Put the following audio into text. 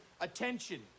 Attention